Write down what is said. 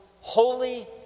holy